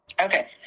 Okay